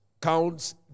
counts